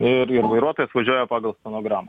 ir ir vairuotojas važiuoja pagal stenogramą